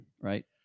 right